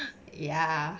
ya